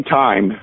time